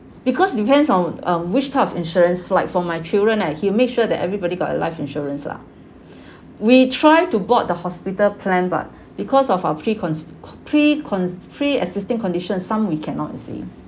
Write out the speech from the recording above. because depends on um which type of insurance like for my children ah he make sure that everybody got a life insurance lah we try to bought the hospital plan but because of our precon~ precon~ pre-existing conditions some we cannot you see